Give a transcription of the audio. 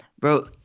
Bro